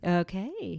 okay